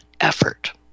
effort